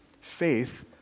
Faith